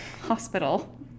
hospital